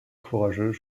courageux